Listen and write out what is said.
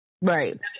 Right